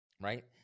right